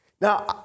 Now